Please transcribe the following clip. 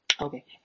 okay